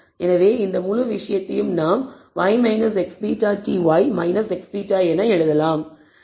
எனவே இந்த முழு விஷயத்தையும் நாம் y x β Ty x β என எழுதலாம்